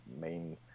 main